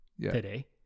today